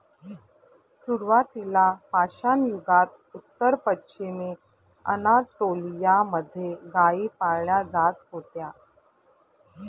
सुरुवातीला पाषाणयुगात उत्तर पश्चिमी अनातोलिया मध्ये गाई पाळल्या जात होत्या